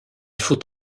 faut